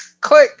click